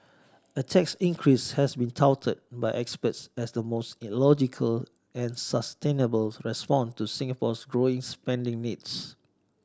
a tax increase has been touted by experts as the most logical and sustainable response to Singapore's growing spending needs